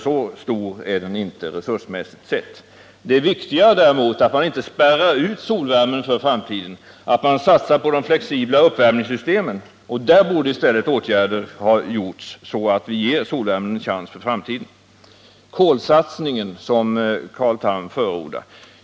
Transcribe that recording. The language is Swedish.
Så stor är den inte resursmässigt sett. Viktigare är däremot att man inte spärrar ut solvärmen för framtiden utan satsar på de flexibla uppvärmningssystemen. Där borde åtgärder ha vidtagits för att ge solvärmen en chans för framtiden. Carl Tham förordade en kolsatsning.